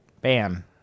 Bam